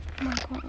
oh my god